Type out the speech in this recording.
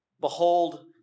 Behold